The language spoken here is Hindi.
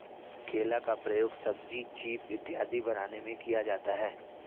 केला का प्रयोग सब्जी चीफ इत्यादि बनाने में किया जाता है